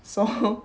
so